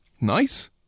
Nice